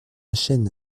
chaîne